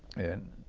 and